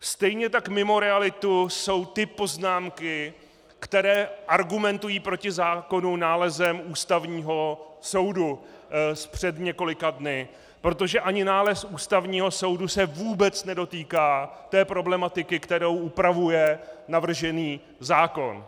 Stejně tak mimo realitu jsou ty poznámky, které argumentují proti zákonu nálezem Ústavního soudu z před několika dnů, protože ani nález Ústavního soudu se vůbec nedotýká té problematiky, kterou upravuje navržený zákon.